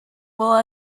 will